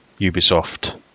Ubisoft